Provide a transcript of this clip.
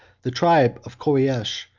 the tribe of koreish,